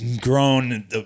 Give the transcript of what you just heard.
grown